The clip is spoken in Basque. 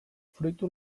fruitu